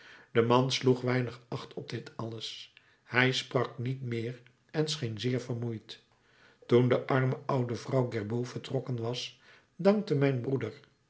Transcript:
de man sloeg weinig acht op dit alles hij sprak niet meer en scheen zeer vermoeid toen de arme oude vrouw gerbaud vertrokken was dankte mijn broeder